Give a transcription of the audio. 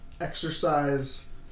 exercise